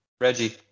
Reggie